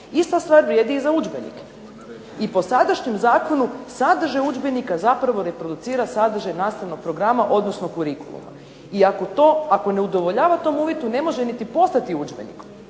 Ista stvar vrijedi i za udžbenike i po sadašnjem zakonu sadržaj udžbenika zapravo reproducira sadržaj nastavnog programa, odnosno kurikuluma i ako ne udovoljava tom uvjetu ne može niti postati udžbenik.